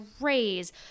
raise